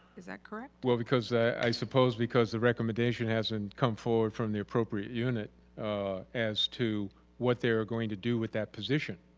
is that correct? well because i supposed because the recommendation hasn't come forward from the appropriate unit as to what they are going to do with that position.